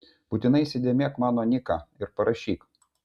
būtinai įsidėmėk mano niką ir parašyk